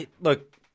look